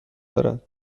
دارد